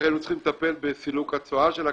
אחר כך היו צריכים לטפל בסילוק הצואה של הכלבים.